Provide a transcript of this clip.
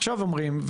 עכשיו אומרים,